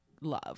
love